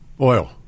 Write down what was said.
oil